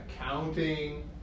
accounting